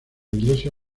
iglesia